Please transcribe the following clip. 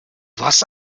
warst